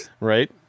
Right